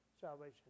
salvation